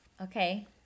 Okay